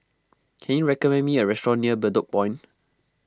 can you recommend me a restaurant near Bedok Point